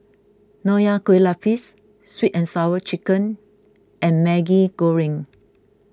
Nonya Kueh Lapis Sweet and Sour Chicken and Maggi Goreng